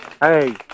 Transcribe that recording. Hey